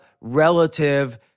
relative